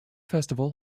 festival